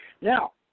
Now